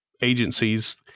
agencies